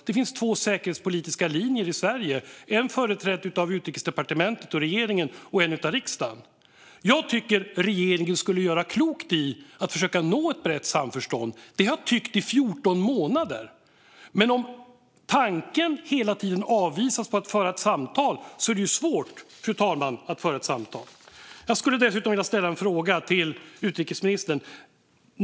Det finns två säkerhetspolitiska linjer i Sverige, en företrädd av Utrikesdepartementet och regeringen och en företrädd av riksdagen. Jag tycker att regeringen skulle göra klokt i att försöka nå ett brett samförstånd. Det har jag tyckt i 14 månader. Men om tanken på att föra ett samtal hela tiden avvisas är det svårt, fru talman, att föra ett samtal. Jag skulle dessutom vilja ställa en fråga till utrikesministern.